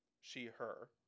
she/her